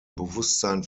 bewusstsein